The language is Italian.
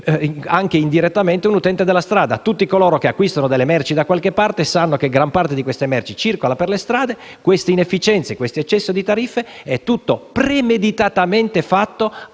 anche indirettamente, è un utente della strada. Tutti coloro che acquistano delle merci da qualche parte sanno che gran parte di esse circola per le strade. Queste inefficienze e l'eccesso di tariffe sono premeditatamente fatti